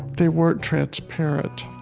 they weren't transparent,